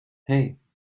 hey